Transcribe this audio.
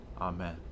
Amen